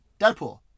Deadpool